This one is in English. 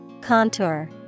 Contour